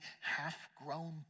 half-grown